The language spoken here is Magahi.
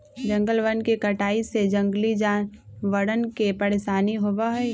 जंगलवन के कटाई से जंगली जानवरवन के परेशानी होबा हई